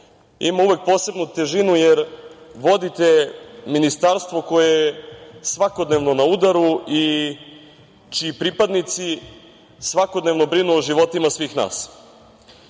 ima uvek posebnu težinu, jer vodite ministarstvo koje je svakodnevno na udaru i čiji pripadnici svakodnevno brinu o životima svih nas. Znam